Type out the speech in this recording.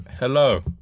hello